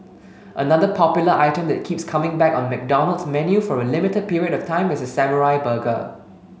another popular item that keeps coming back on McDonald's menu for a limited period of time is the samurai burger